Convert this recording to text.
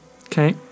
Okay